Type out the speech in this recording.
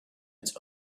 its